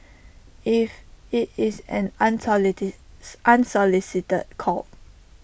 if IT is an unsolicited call